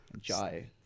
Jai